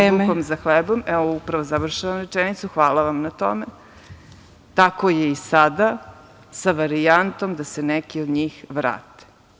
išli za hlebom, evo upravo završavam rečenicu, hvala vam na tome, tako je i sada, sa varijantom da se neki od njih vrate.